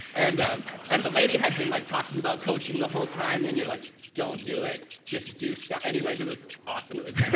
and um and the lady had been like talking about coaching the whole time then you're like don't do it just do stuff. anyways it was awesome, it was